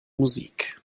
musik